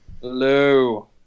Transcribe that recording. Hello